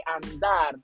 andar